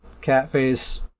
Catface